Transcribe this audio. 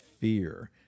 fear